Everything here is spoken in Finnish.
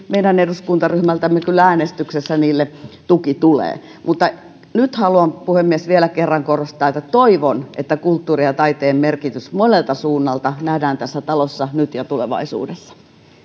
meidän eduskuntaryhmältämme kyllä äänestyksessä niille tuki tulee mutta nyt haluan puhemies vielä kerran korostaa että toivon että kulttuurin ja taiteen merkitys monelta suunnalta nähdään tässä talossa nyt ja tulevaisuudessa